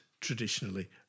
traditionally